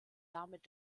damit